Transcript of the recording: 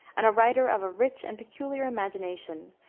and a writer of a rich and peculiar imagination,